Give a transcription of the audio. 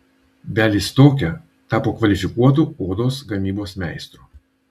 bialystoke tapo kvalifikuotu odos gamybos meistru